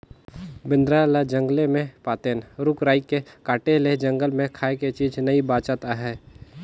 बेंदरा ल जंगले मे पातेन, रूख राई के काटे ले जंगल मे खाए के चीज नइ बाचत आहे